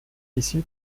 ici